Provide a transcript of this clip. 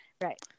right